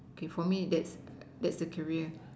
okay for me that's that's a career